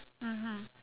mmhmm